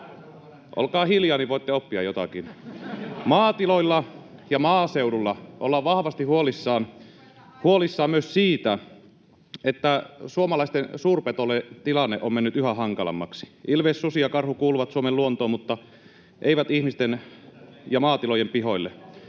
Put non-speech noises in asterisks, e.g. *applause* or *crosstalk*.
Olkaa hiljaa, niin voitte oppia jotakin. — *laughs* Maatiloilla ja maaseudulla ollaan vahvasti huolissaan myös siitä, että suomalaisten suurpetojen tilanne on mennyt yhä hankalammaksi. Ilves, susi ja karhu kuuluvat Suomen luontoon mutta eivät ihmisten ja maatilojen pihoille.